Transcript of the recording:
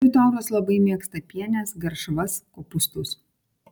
liutauras labai mėgsta pienes garšvas kopūstus